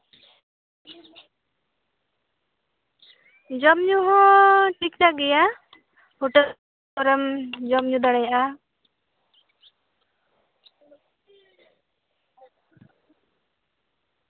ᱡᱚᱢ ᱧᱩ ᱦᱚᱸ ᱴᱷᱤᱠᱼᱴᱷᱟᱠ ᱜᱮᱭᱟ ᱦᱳᱴᱮᱞ ᱠᱚᱨᱮᱢ ᱡᱚᱢᱼᱧᱩ ᱫᱟᱲᱮᱭᱟᱜᱼᱟ